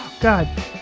God